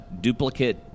duplicate